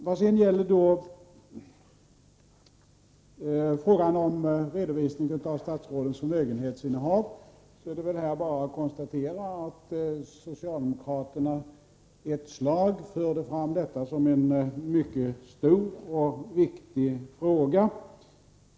Vad sedan gäller frågan om redovisning av statsrådens förmögenhetsinnehav är det väl bara att konstatera att socialdemokraterna ett slag förde fram detta som en mycket stor och viktig fråga.